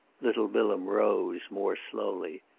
little bilham rose more slowly.